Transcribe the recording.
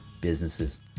businesses